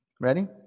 Ready